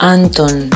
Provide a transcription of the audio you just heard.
Anton